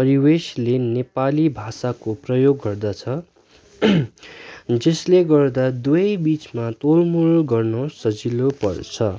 परिवेशले नेपाली भाषाको प्रयोग गर्दछ जस्ले गर्दा दुवै बिचमा तोलमोल गर्नु सजिलो पर्छ